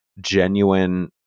genuine